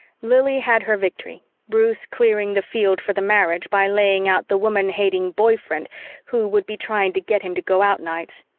lili had her victory bruce clearing the field for the marriage by laying out the woman-hating boy friend who would be trying to get him to go out nights.